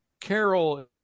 carol